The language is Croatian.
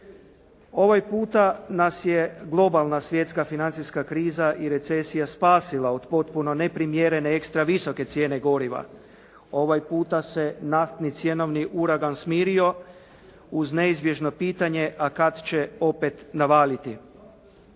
Ovaj puta nas je globalna svjetska financijska kriza i recesija spasila od potpuno neprimjerene ekstra visoke cijene goriva. Ovaj puta se naftni cjenovni uragan smirio uz neizbježno pitanje a kad će opet navaliti.